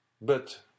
But